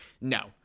no